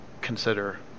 consider